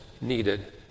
needed